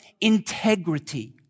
integrity